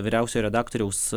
vyriausiojo redaktoriaus